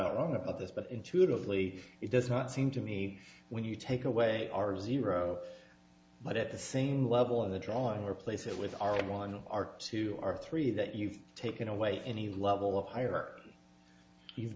out wrong about this but intuitively it does not seem to me when you take away our zero but at the same level of the drawing replace it with our one of our two or three that you've taken away any level of hierarchy you've